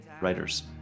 writers